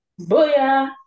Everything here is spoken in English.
Booyah